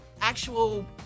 actual